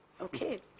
Okay